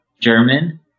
German